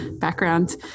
background